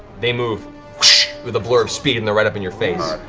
they move with a blur of speed, and they're right up in your face.